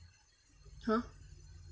ha